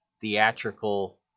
theatrical